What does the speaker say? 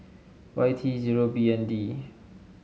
Y T zero B N D